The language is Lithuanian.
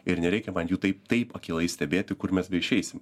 ir nereikia man jų taip taip akylai stebėti kur mes išeisim